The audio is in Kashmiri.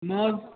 ماز